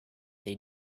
they